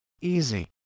easy